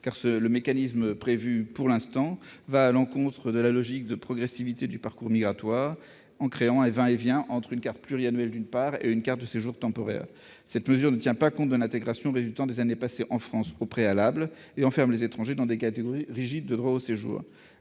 ». Le mécanisme prévu par le texte va à l'encontre de la logique de progressivité du parcours migratoire, en instaurant un va-et-vient entre carte pluriannuelle et carte de séjour temporaire. Cette mesure ne tient pas compte de l'intégration résultant des années passées en France au préalable et enferme les étrangers dans des catégories rigides de droit au séjour.